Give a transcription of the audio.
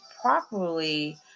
properly